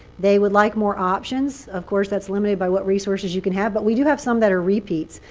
they would like more options. of course, that's limited by what resources you can have. but we do have some that are repeats.